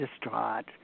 distraught